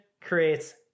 creates